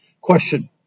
Question